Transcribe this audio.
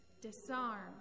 disarm